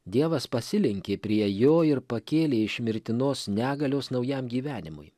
dievas pasilenkė prie jo ir pakėlė iš mirtinos negalios naujam gyvenimui